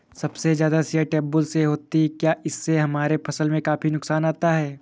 सबसे ज्यादा सिंचाई ट्यूबवेल से होती है क्या इससे हमारे फसल में काफी नुकसान आता है?